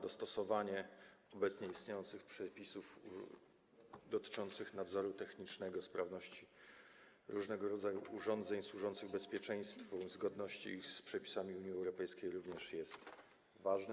Dostosowanie obecnie istniejących przepisów dotyczących nadzoru technicznego, sprawności różnego rodzaju urządzeń służących bezpieczeństwu i zapewnienie ich zgodności z przepisami Unii Europejskiej również jest ważne.